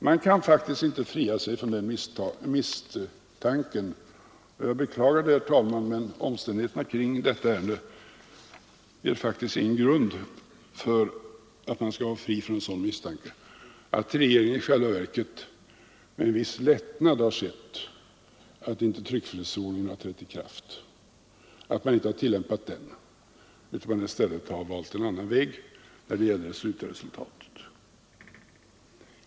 Man kan faktiskt inte fria sig från den misstanken — jag beklagar det, herr talman, men omständigheterna kring detta ärende gör det inte möjligt att dra någon annan slutsats — att regeringen i själva verket med en viss lättnad har sett att tryckfrihetsförordningen inte har tillämpats utan att en annan väg i stället har valts.